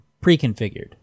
pre-configured